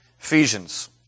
Ephesians